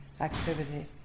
activity